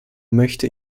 möchte